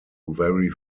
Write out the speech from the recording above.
very